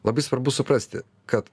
labai svarbu suprasti kad